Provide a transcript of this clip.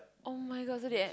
[oh]-my-God so that